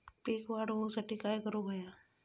पीक वाढ होऊसाठी काय करूक हव्या?